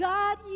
God